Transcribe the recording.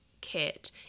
kit